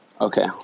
Okay